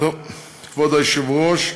כבוד היושב-ראש,